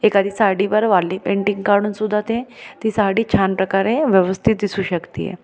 एखादी साडीवर वारली पेंटिंग काढून सुद्धा ते ती साडी छान प्रकारे व्यवस्थित दिसू शकते आहे